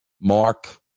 Mark